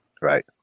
Right